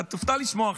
אתה תופתע לשמוע עכשיו,